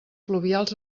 pluvials